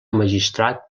magistrat